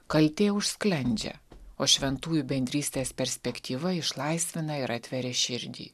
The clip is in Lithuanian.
kaltė užsklendžia o šventųjų bendrystės perspektyva išlaisvina ir atveria širdį